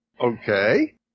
Okay